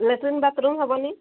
latrine bathroom ହେବନି